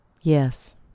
Yes